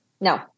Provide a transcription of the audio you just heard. No